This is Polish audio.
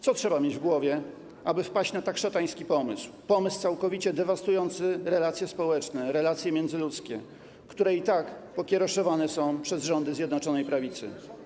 Co trzeba mieć w głowie, aby wpaść na tak szatański pomysł, pomysł całkowicie dewastujący relacje społeczne, relacje międzyludzkie, które i tak pokiereszowane są przez rządy Zjednoczonej Prawicy?